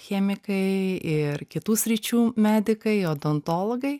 chemikai ir kitų sričių medikai odontologai